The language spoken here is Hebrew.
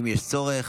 אם יש צורך,